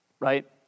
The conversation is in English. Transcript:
right